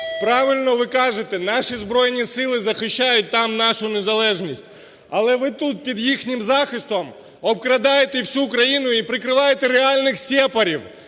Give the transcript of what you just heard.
Правильно ви кажете, наші Збройні Сили захищають там нашу незалежність, але ви тут під їхнім захистом обкрадаєте всю країну і прикриваєте реальних сепарів,